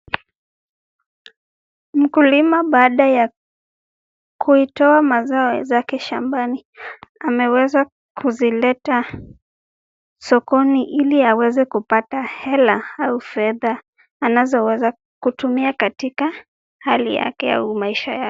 Mkulima baada ya kuitoa mazao zake shambani, ameweza kuzileta sokoni ili aweze kupata hela au fedha anazoweza kutumia katika hali yake au maisha yake.